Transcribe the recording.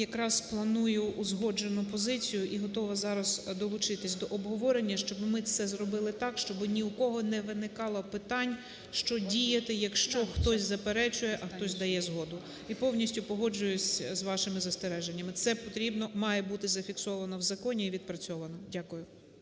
якраз планує узгоджену позицію і готова зараз долучитись до обговорення, щоб ми це зробили так, ні в кого не виникало питань, що діяти, якщо хтось заперечує, а хтось дає згоду? І повністю погоджуюсь з вашими застереженнями. Це потрібно, має бути зафіксовано в законі і відпрацьовано. Дякую.